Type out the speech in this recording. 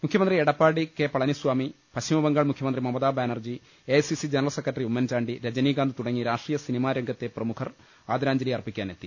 മുഖ്യമന്ത്രി എടപ്പാടി കെ പളനിസ്ഥാമി പശ്ചിമബംഗാൾ മുഖ്യമന്ത്രി Mamata Banerjee A I C C general secretary Oommen Chandy Rajinikanth തുടങ്ങി രാഷ്ട്രീയ സിനിമാരംഗത്തെ പ്രമുഖർ ആദരാ ഞ്ജലിയർപ്പിക്കാനെത്തി